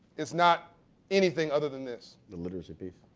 it's not anything other than this. the literacy of people?